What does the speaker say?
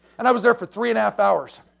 and i was there for three and half hours.